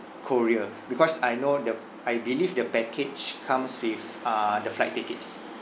korea because I know the I believe the package comes with uh the flight tickets